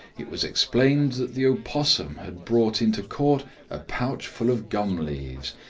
it was explained that the opossum had brought into court a pouch full of gum leaves,